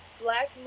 black